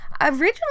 originally